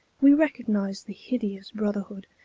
we recognize the hideous brotherhood,